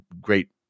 great